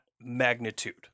magnitude